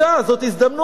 זאת הזדמנות,